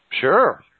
Sure